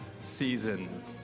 season